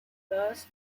thus